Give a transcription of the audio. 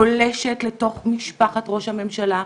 פולשת לתוך משפחת ראש הממשלה.